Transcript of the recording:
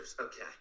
Okay